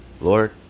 Lord